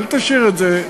אל תשאיר את זה.